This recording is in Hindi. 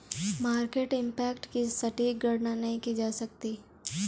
मार्केट इम्पैक्ट की सटीक गणना नहीं की जा सकती